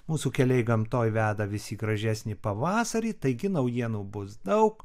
mūsų keliai gamtoj veda vis į gražesnį pavasarį taigi naujienų bus daug